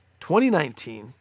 2019